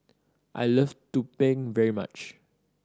I love tumpeng very much